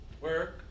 work